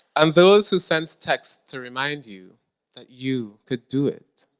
and those who sent texts to remind you that you could do it.